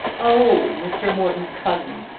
oh mr. morton's cousin.